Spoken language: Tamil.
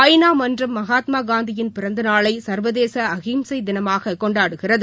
ஐ நா மன்றம் மகாத்மா காந்தியின் பிறந்த நாளை சா்வதேச அஹிம்சை தினமாக கொண்டாடுகிறது